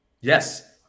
Yes